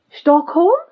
Stockholm